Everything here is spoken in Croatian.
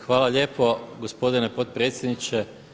Hvala lijepo gospodine potpredsjedniče.